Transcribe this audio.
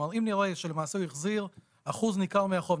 אם נראה שלמעשה הוא החזיר אחוז ניכר מהחוב,